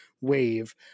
wave